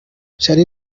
charly